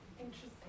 Interesting